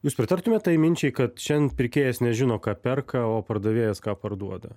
jūs pritartumėt tai minčiai kad šiandien pirkėjas nežino ką perka o pardavėjas ką parduoda